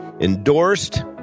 Endorsed